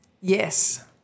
Yes